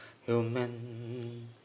human